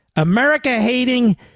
America-hating